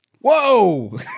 Whoa